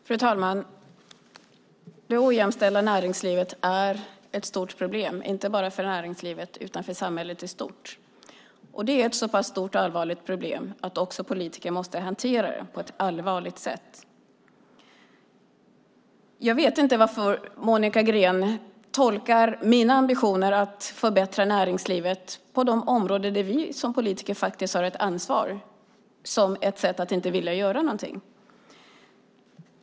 Fru talman! Det ojämställda näringslivet är ett stort problem inte bara för näringslivet utan för samhället i stort. Det är ett så pass stort och allvarligt problem att politiker måste hantera det på ett allvarligt sätt. Jag vet inte varför Monica Green tolkar mina ambitioner att förbättra näringslivet på de områden där vi som politiker har ett ansvar som ett sätt att inte vilja göra någonting.